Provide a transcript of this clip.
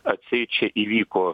atseit čia įvyko